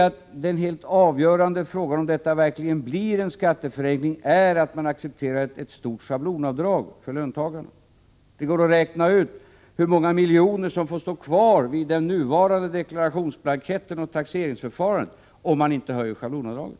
Men den helt avgörande frågan för om detta verkligen blir en skatteförenkling är om man accepterar ett stort schablonavdrag för löntagarna. Det går att räkna ut hur många miljoner som får stå kvar vid den nuvarande deklarationsblanketten och taxeringsförfarandet, om man inte höjer schablonavdragen.